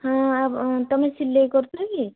ହଁ ତୁମେ ସିଲାଇ କରୁଛ କି